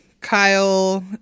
Kyle